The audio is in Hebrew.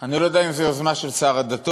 אני לא יודע אם זו יוזמה של שר הדתות,